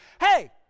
Hey